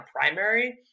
primary